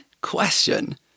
question